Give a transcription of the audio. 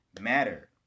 matter